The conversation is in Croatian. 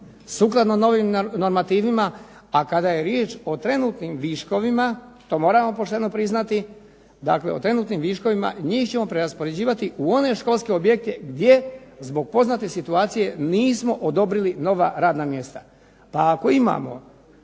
sukladno novim normativima, a kada je riječ o trenutnim viškovima, to moramo pošteno priznati, dakle o trenutnim viškovima, njih ćemo preraspoređivati u one školske objekte gdje zbog poznate situacije nismo odobrili nova radna mjesta. Pa ako imamo